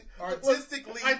artistically